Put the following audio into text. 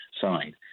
side